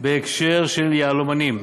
בהקשר של יהלומנים.